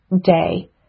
day